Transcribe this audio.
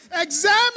Examine